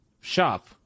shop